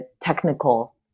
technical